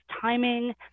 timing